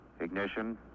Ignition